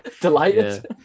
Delighted